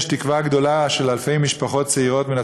יש תקווה גדולה של אלפי משפחות צעירות מן